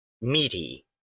meaty